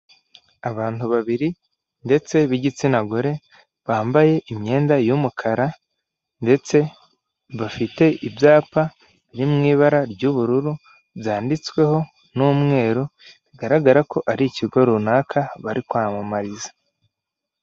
Abantu babiri ndetse b’igitsina gore bambaye imyenda y’umukara, ndetse bafite ibyapa birimo ibara ry’ubururu byanditsweho n’umweru. Bigaragara ko ari ikigo runaka bari kwamamariza.